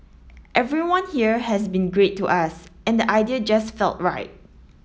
everyone here has been great to us and the idea just felt right